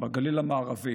בגליל המערבי.